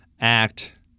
act